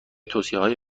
توصیههای